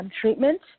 treatment